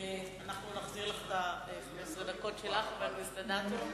אנחנו נחזיר לך את 15 הדקות שלך, חברת הכנסת אדטו.